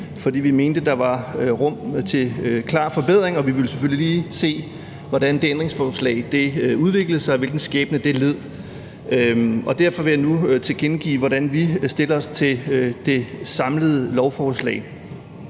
fordi vi mente, der var rum til klar forbedring, og at vi selvfølgelig lige ville se, hvordan det ændringsforslag udviklede sig, og hvilken skæbne det led. Derfor vil jeg nu tilkendegive, hvordan vi stiller os til det samlede lovforslag.